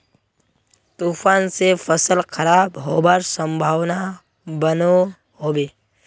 तूफान से फसल खराब होबार संभावना बनो होबे?